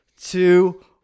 two